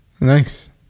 Nice